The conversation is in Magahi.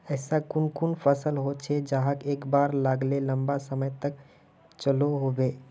ऐसा कुन कुन फसल होचे जहाक एक बार लगाले लंबा समय तक चलो होबे?